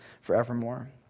forevermore